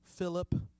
Philip